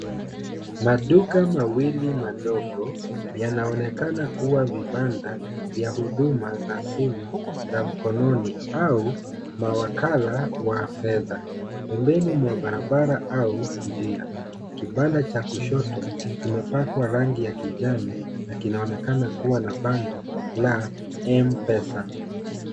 Maduka mawili madogo, yanaonekana kuwa vibanda vya huduma za simu za mkononi au mawakala wa fedha, pembeni mwa barabara au njia. Kibanda cha kushoto, kimepakwa rangi ya kijani na kinaonekana kuwa na bango la m-pesa.